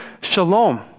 shalom